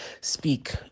speak